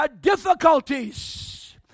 difficulties